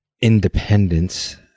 independence